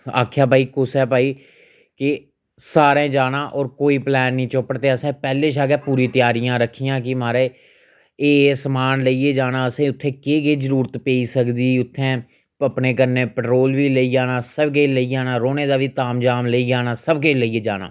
आखेआ भई कुसै भई कि सारें जाना होर कोई प्लैन नी चोपड़ ते असें पैह्लें शा गै पूरी तेआरियां रक्खियां के महाराज एह् एह् समान लेइयै जाना असें उत्थै केह् केह जरूरत पेई सकदी उत्थैं अपने कन्नै पट्रोल बी लेई जाना सब किश लेई जाना रौह्ने दा बी ताम जाम लेई जाना सब किश लेइयै जाना